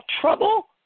trouble